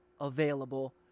available